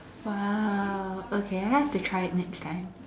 !wow! okay I have to try it next time